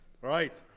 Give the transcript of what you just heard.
Right